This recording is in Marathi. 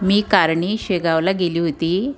मी कारनी शेगावला गेली होती